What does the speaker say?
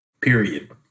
Period